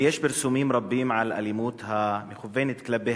ויש פרסומים רבים על אלימות המכוונת כלפי